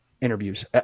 interviews